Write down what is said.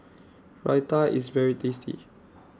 Raita IS very tasty